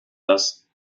das